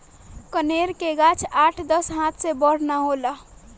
कनेर के गाछ आठ दस हाथ से बड़ ना होला